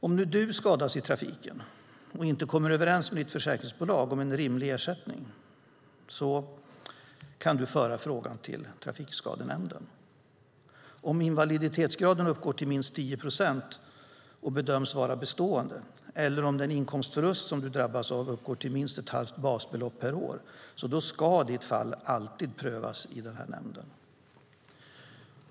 Om du skadas i trafiken och inte kommer överens med ditt försäkringsbolag om en rimlig ersättning kan du föra frågan till Trafikskadenämnden. Om invaliditetsgraden uppgår till mist 10 procent och bedöms vara bestående eller om den inkomstförlust som du drabbas av uppgår till minst ett halvt basbelopp per år ska ditt fall alltid prövas i den här nämnden.